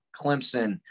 Clemson